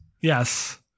Yes